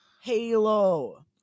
Halo